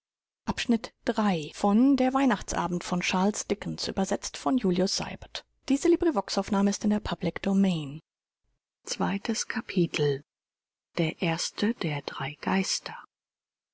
zweites kapitel der erste der drei